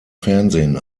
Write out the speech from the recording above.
fernsehen